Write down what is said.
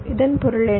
இதன் பொருள் என்ன